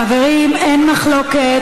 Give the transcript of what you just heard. חברים, אין מחלוקת.